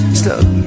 stuck